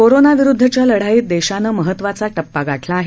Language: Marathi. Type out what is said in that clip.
कोरोनाविरुद्धच्या लढाईत देशानं महत्वाचा टप्पा गाठला आहे